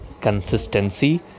Consistency